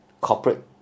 corporate